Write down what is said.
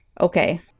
okay